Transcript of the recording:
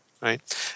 right